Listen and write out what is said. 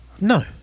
No